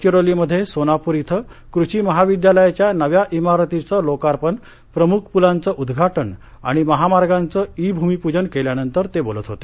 गडचिरोलीमध्ये सोनापूर इथं कृषी महाविद्यालयाच्या नव्या इमारतीचं लोकार्पण प्रमुख पुलांचं उद्घाटन आणि महामार्गांचं ई भूमिपूजन केल्यानंतर ते बोलत होते